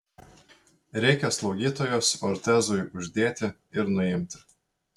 reikia slaugytojos ortezui uždėti ir nuimti